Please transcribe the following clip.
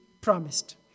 promised